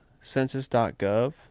census.gov